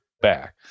back